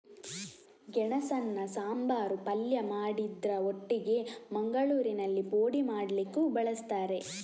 ಗೆಣಸನ್ನ ಸಾಂಬಾರು, ಪಲ್ಯ ಮಾಡುದ್ರ ಒಟ್ಟಿಗೆ ಮಂಗಳೂರಿನಲ್ಲಿ ಪೋಡಿ ಮಾಡ್ಲಿಕ್ಕೂ ಬಳಸ್ತಾರೆ